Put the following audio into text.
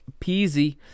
Peasy